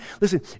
listen